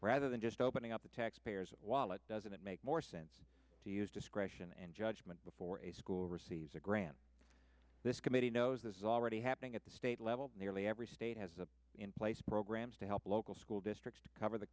rather than just opening up the taxpayers wallet doesn't it make more sense to use discretion and judgment before a school receives a grant this committee knows this is already happening at the state level nearly every state has a in place programs to help local school districts to cover the